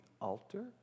altar